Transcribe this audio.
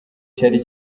cyari